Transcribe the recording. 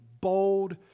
bold